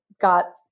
got